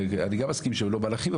אני גם מסכים שהם לא מלאכים,